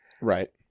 Right